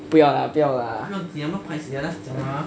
不要 lah 不要 lah